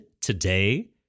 today